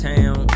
Town